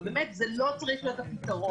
אבל באמת זה לא צריך להיות הפתרון.